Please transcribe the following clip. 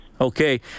Okay